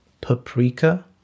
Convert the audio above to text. paprika